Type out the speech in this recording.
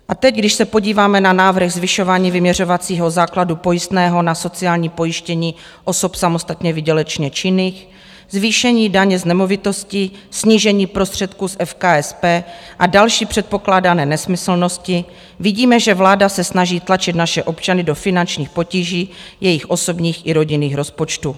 A teď, když se podíváme na návrh zvyšování vyměřovacího základu pojistného na sociální pojištění osob samostatně výdělečně činných, zvýšení daně z nemovitostí, snížení prostředků z FKSP a další předpokládané nesmyslnosti, vidíme, že vláda se snaží tlačit naše občany do finančních potíží jejich osobních i rodinných rozpočtů.